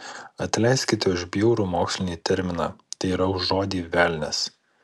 atleiskite už bjaurų mokslinį terminą tai yra už žodį velnias